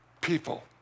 people